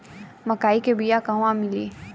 मक्कई के बिया क़हवा मिली?